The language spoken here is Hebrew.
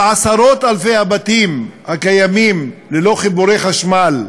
על עשרות-אלפי הבתים הקיימים ללא חיבורי חשמל.